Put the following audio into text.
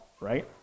right